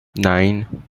nine